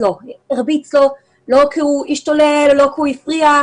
לא כי הוא השתולל או לא כי הוא הפריע.